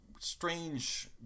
Strange